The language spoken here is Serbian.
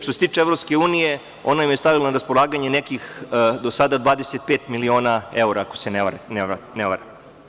Što se tiče Evropske unije, ona nam je stavila na raspolaganje nekih do sada 25 miliona evra, ako se ne varam.